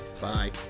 Bye